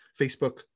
Facebook